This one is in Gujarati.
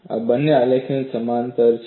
આ બે આલેખ સમાંતર છે